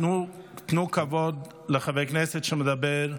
תנו כבוד לחבר כנסת שמדבר,